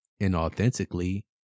inauthentically